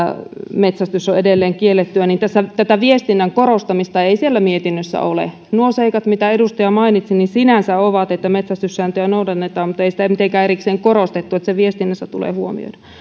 metsästys on edelleen kiellettyä ja tätä viestinnän korostamista ei siellä mietinnössä ole nuo seikat mitä edustaja mainitsi sinänsä siellä ovat että metsästyssääntöjä noudatetaan mutta ei sitä mitenkään erikseen ole korostettu että se viestinnässä tulee